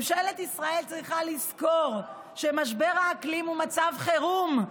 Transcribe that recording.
ממשלת ישראל צריכה לזכור שמשבר האקלים הוא מצב חירום,